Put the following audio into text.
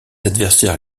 adversaires